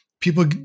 People